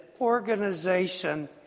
organization